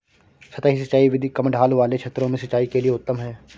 सतही सिंचाई विधि कम ढाल वाले क्षेत्रों में सिंचाई के लिए उत्तम है